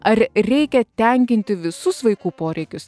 ar reikia tenkinti visus vaikų poreikius